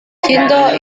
cinta